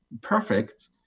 perfect